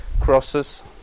crosses